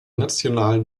nationalen